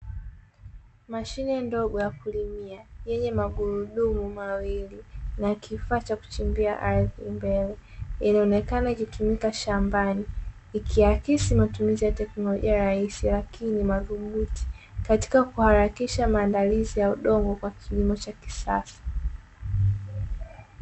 Mashine ndogo ya kulimia yenye magurudumu mawili na kifaa cha kuchimbia ardhi mbele. Inaonekana ikitumika shambani, ikiakisi matumizi ya teknolojia ya rahisi lakini madhubuti katika kuharakisha maandalizi ya udongo kwa kilimo cha kisasa.